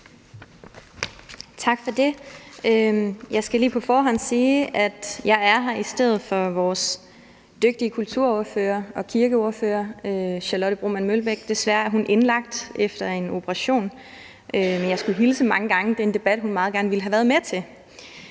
Tak for det. Jeg skal lige på forhånd sige, at jeg er her i stedet for vores dygtige kulturordfører og kirkeordfører, Charlotte Broman Mølbæk. Hun er desværre indlagt efter en operation, men jeg skulle hilse mange gange. Det er en debat, hun meget gerne ville have været med til.